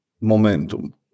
momentum